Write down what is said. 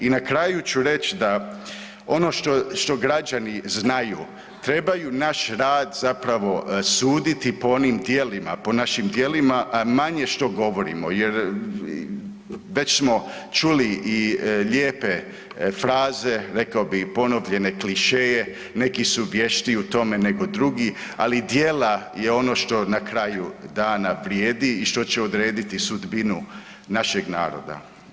I na kraju ću reći da ono što građani znaju trebaju naš rad zapravo suditi po onim djelima, po našim djelima, a manje što govorimo jer već smo čuli i lijepe fraze rekao bih i ponovljene klišeje, neki su vještiji u tome nego drugi, ali djela je ono što na kraju dana vrijedi i što će odrediti sudbinu našeg naroda.